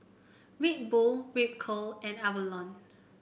Red Bull Ripcurl and Avalon